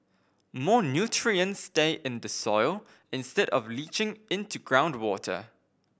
more nutrients stay in the soil instead of leaching into groundwater